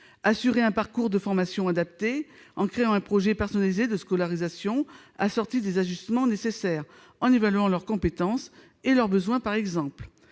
assurer un parcours de formation adapté, en créant un projet personnalisé de scolarisation assorti des ajustements nécessaires et en évaluant leurs compétences et leurs besoins ; permettre